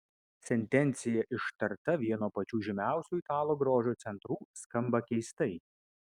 sentencija ištarta vieno pačių žymiausių italų grožio centrų skamba keistai